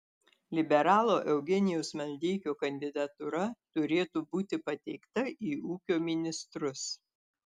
liberalo eugenijaus maldeikio kandidatūra turėtų būti pateikta į ūkio ministrus